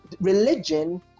religion